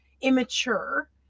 immature